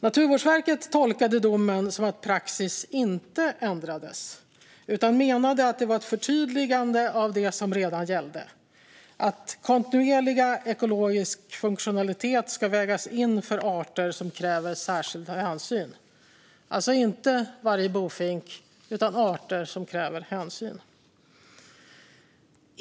Naturvårdsverket tolkade domen som att praxis inte ändrades utan menade att den var ett förtydligande av det som redan gällde: att kontinuerlig ekologisk funktionalitet ska vägas in för arter som kräver särskilda hänsyn, alltså inte varje bofink utan arter som kräver hänsyn.